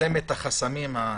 תצמצם את החסמים הקיימים.